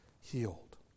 healed